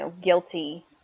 guilty